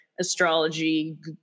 astrology